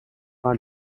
发展